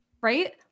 right